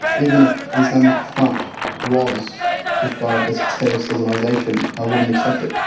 even if the islamic front was proscribed as a terrorist organisation, i wouldn't accept it.